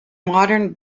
modern